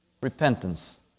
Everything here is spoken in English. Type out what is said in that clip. Repentance